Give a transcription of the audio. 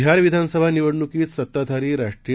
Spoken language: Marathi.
बिहार विधानसभा निवडणूकीत सत्ताधारी राष्ट्रीय